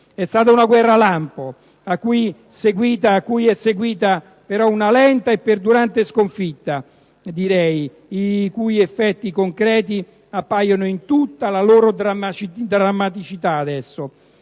È stata una guerra lampo, a cui è seguita però una lenta e perdurante sconfitta - direi - i cui effetti concreti appaiono in tutta la loro drammaticità adesso.